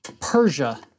Persia